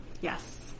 Yes